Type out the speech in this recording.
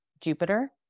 Jupiter